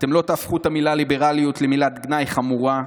אתם לא תהפכו את המילה "ליברליות" למילת גנאי חמורה,